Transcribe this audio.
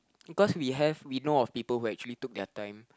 because we have we know of people who actually took their time